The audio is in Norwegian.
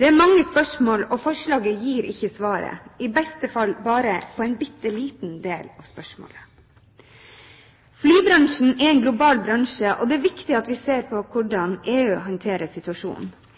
Det er mange spørsmål, og forslaget gir ikke svaret – i beste fall bare på en bitte liten del av spørsmålet. Flybransjen er en global bransje og det er viktig at vi ser på hvordan EU håndterer situasjonen.